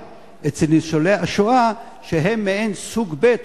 אצל ניצולי השואה שהם מעין סוג ב',